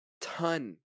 ton